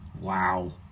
Wow